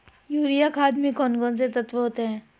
Urea खाद में कौन कौन से तत्व होते हैं?